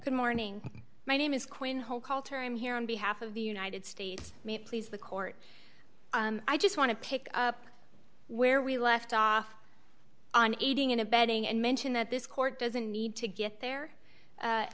good morning my name is queen whole culture i'm here on behalf of the united states may it please the court i just want to pick up where we left off on aiding and abetting and mention that this court doesn't need to get there